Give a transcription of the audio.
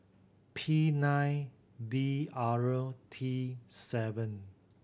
P nine D R T seven